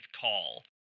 call